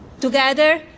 Together